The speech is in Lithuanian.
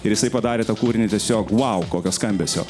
ir jisai padarė tą kūrinį tiesiog vau kokio skambesio